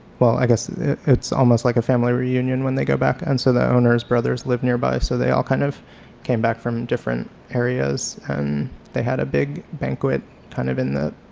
well i guess it's almost like a family reunion when they go back, and so the owner's brothers live nearby. so they all kind of came back from different areas and they had a big banquet kind of in the